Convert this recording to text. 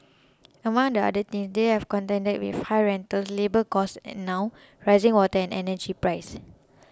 among the other things they have contend with high rentals labour costs and now rising water and energy prices